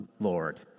Lord